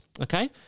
okay